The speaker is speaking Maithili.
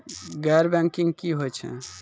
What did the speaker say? गैर बैंकिंग की होय छै?